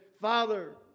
Father